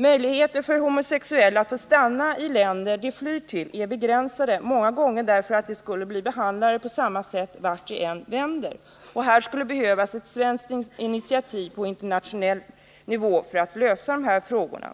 Möjligheten för homosexuella att få stanna i de länder dit de flyr är begränsade, ofta därför att de skulle bli behandlade på samma sätt vart de än vände sig. Därför skulle det behövas ett svenskt initiativ på internationell nivå för att lösa dessa frågor.